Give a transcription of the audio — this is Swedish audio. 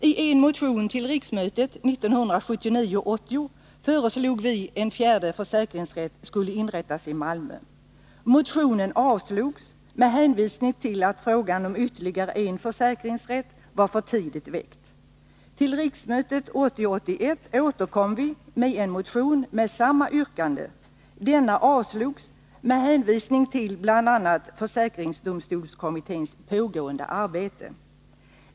I en motion till riksmötet 1979 81 återkom vi med en motion med samma yrkande. Den avslogs med hänvisning bl.a. till försäkringsdomstolskommitténs pågående arbete.